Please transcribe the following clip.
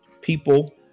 people